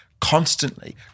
constantly